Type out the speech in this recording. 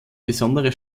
besondere